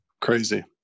Crazy